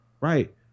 Right